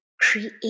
create